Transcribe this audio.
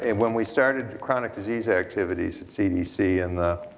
and when we started chronic disease activities at cdc in the